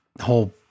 whole